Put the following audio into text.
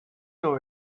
know